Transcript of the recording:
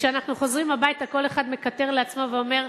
וכשאנחנו חוזרים הביתה כל אחד מקטר לעצמו ואומר: